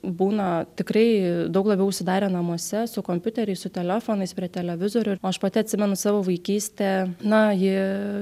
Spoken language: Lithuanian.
būna tikrai daug labiau užsidarę namuose su kompiuteriais su telefonais prie televizorių ir aš pati atsimenu savo vaikystę na jie